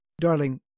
Darling